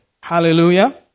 Hallelujah